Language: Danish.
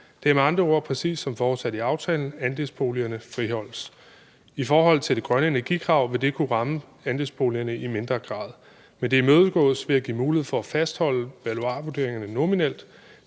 Det er med andre ord præcis som forudsat i aftalen: Andelsboligerne friholdes. I forhold til det grønne energikrav vil det kunne ramme andelsboligerne i mindre grad, men det imødegås ved at give mulighed for at fastholde valuarvurderingerne nominelt.